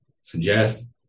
suggest